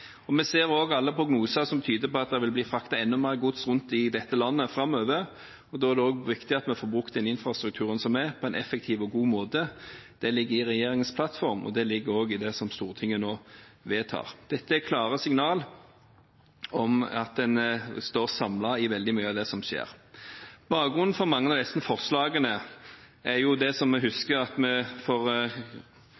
Vi ser også at alle prognoser tyder på at det vil bli fraktet enda mer gods rundt i dette landet framover. Da er det også viktig at vi får brukt den infrastrukturen som er, på en effektiv og god måte. Det ligger i regjeringens plattform, og det ligger også i det som Stortinget nå vedtar. Dette er klare signaler om at en står samlet om veldig mye av det som skjer. Bakgrunnen for mange av disse forslagene er jo, som vi husker, at vi